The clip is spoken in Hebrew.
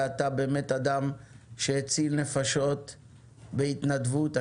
אתה אדם שהציל נפשות בהתנדבות.